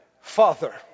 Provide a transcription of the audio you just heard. Father